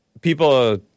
People